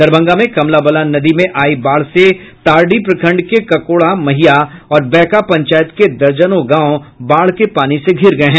दरभंगा में कमला बलान नदी में आई बाढ़ से तारडीह प्रखंड के ककोढ़ा महिया और बैका पंचायत के दर्जनों गांव बाढ़ के पानी से घिर गये हैं